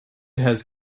has